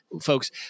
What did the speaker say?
folks